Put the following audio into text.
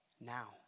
now